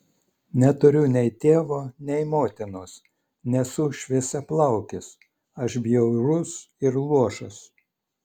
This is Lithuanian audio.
neturiu nei tėvo nei motinos nesu šviesiaplaukis aš bjaurus ir luošas